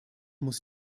muss